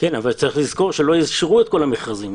צריך לזכור שלא אשררו את כל המכרזים.